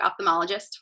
ophthalmologist